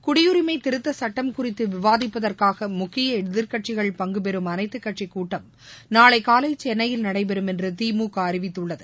குடியுரிமை திருத்த சட்டம் குறித்து விவாதிப்பதற்காக முக்கிய எதிர்க்கட்சிகள் பங்குபெறும் அனைத்துக் கட்சிக் கூட்டம் நாளை காலை சென்னையில் நடைபெறும் என்று திமுக அறிவித்துள்ளது